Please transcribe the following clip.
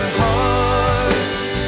hearts